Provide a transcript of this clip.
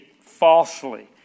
falsely